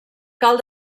cal